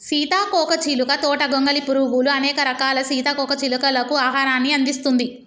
సీతాకోక చిలుక తోట గొంగలి పురుగులు, అనేక రకాల సీతాకోక చిలుకలకు ఆహారాన్ని అందిస్తుంది